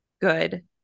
good